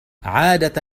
عادة